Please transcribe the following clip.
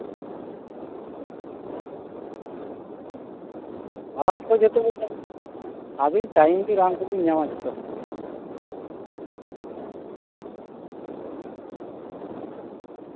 ᱨᱟᱱ ᱠᱚ ᱡᱚᱛᱚ ᱵᱤᱱ ᱧᱟᱢᱟ ᱟᱹᱵᱤᱱ ᱴᱟᱭᱤᱢ ᱨᱮ ᱨᱟᱱ ᱠᱚᱵᱤᱱ ᱧᱟᱢᱟ ᱡᱚᱛᱚ